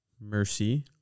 mercy